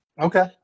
Okay